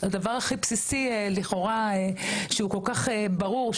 הדבר הכי בסיסי לכאורה שהוא כל-כך ברור,